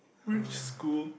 which school